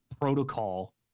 protocol